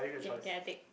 okay okay I take